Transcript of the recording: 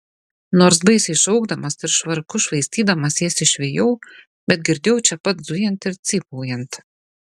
nors baisiai šaukdamas ir švarku švaistydamas jas išvijau bet girdėjau čia pat zujant ir cypaujant